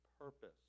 purpose